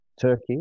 Turkey